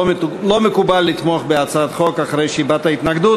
לא מקובל לתמוך בהצעת חוק אחרי שהבעת התנגדות,